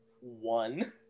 One